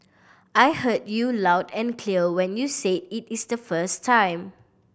I heard you loud and clear when you said it is the first time